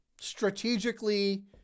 strategically